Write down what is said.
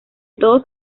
todos